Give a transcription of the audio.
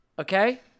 Okay